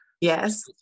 yes